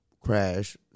crash